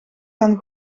gaan